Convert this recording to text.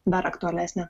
dar aktualesnė